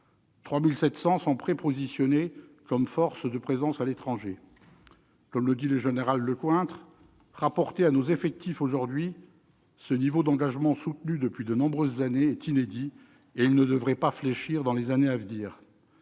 3 700 sont prépositionnés comme forces de présence à l'étranger. Comme le dit le général Lecointre :« rapporté à nos effectifs aujourd'hui, ce niveau d'engagement soutenu depuis de nombreuses années est inédit et il ne devrait pas fléchir dans les années à venir ».